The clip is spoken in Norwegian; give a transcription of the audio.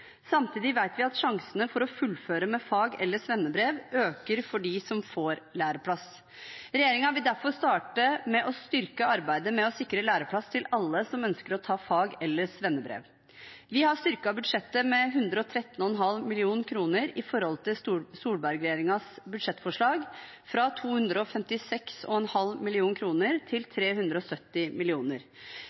Samtidig vet vi at sjansene for å fullføre med fag- eller svennebrev øker for dem som får læreplass. Regjeringen vil derfor starte med å styrke arbeidet med å sikre læreplass til alle som ønsker å ta fag- eller svennebrev. Vi har styrket budsjettet med 113,5 mill. kr i forhold til Solberg-regjeringens budsjettforslag, fra 256,5 mill. kr til 370